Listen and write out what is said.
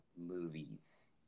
movies